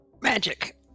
Magic